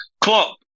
clock